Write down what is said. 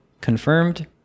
confirmed